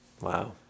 Wow